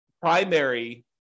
primary